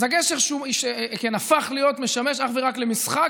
אז הגשר הפך לשמש אך ורק למשחק,